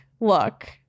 look